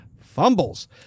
fumbles